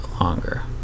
longer